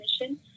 mission